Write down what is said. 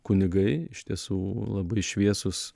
kunigai iš tiesų labai šviesūs